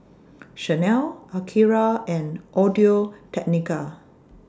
Chanel Akira and Audio Technica